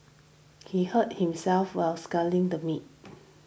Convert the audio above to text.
he hurt himself while slicing the meat